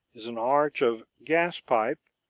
is an arch of gas-pipe,